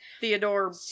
Theodore